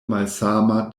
malsama